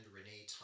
Renee